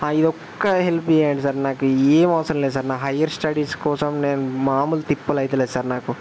ఈ ఒక్క హెల్ప్ చేయండి సార్ నాకు ఏం అవసరం లేదు సార్ నా హయ్యర్ స్టడీస్ కోసం నేను మామూలు తిప్పలు అవడం సార్ నాకు